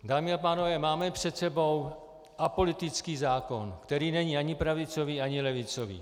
Dámy a pánové, máme před sebou apolitický zákon, který není ani pravicový, ani levicový.